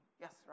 Yes